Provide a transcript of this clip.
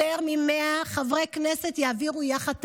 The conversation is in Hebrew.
יותר מ-100 חברי כנסת יעבירו יחד תקציב,